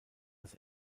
das